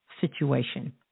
situation